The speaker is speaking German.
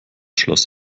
schloss